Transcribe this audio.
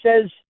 says